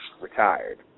retired